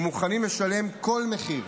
ומוכנים לשלם כל מחיר,